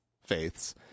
faiths